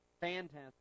fantastic